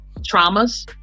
traumas